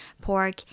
pork